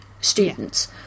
students